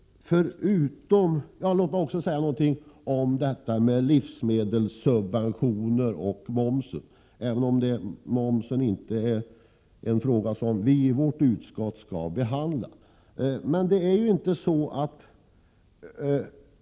Låt mig också säga några ord om livsmedelssubventioner och momsen, även om momsen inte är en fråga som vi i vårt utskott skall behandla.